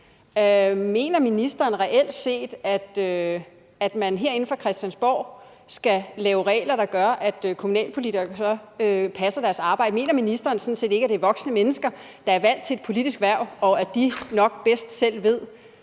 Mener ministeren reelt set, at man herinde fra Christiansborg skal lave regler, der gør, at kommunalpolitikere passer deres arbejde? Mener ministeren ikke, at det sådan set er voksne mennesker, der er vant til et politisk hverv, og at de nok bedst selv ved